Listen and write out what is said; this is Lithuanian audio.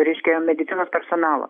reiškia medicinos personalo